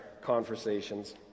conversations